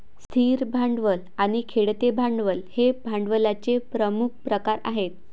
स्थिर भांडवल आणि खेळते भांडवल हे भांडवलाचे प्रमुख प्रकार आहेत